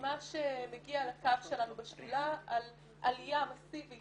ממה שמגיע לקו שלנו בשדולה על עלייה מסיבית